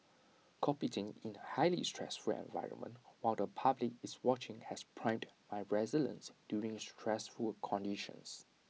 competing in A highly stressful environment while the public is watching has primed my resilience during stressful conditions